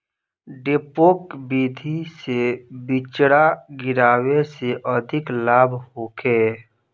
डेपोक विधि से बिचरा गिरावे से अधिक लाभ होखे?